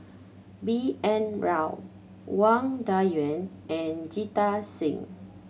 B N Rao Wang Dayuan and Jita Singh